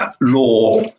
Law